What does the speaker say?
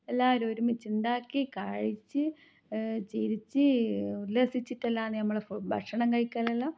എല്ലാവരും ഒരുമിച്ചുണ്ടാക്കി കഴിച്ച് ചിരിച്ച് ഉല്ലസിച്ചിട്ടെല്ലാം നമ്മൾ ഭക്ഷണം കഴിക്കലെല്ലാം